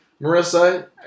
Marissa